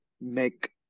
make